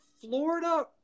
Florida